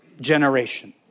generation